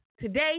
Today